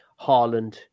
Haaland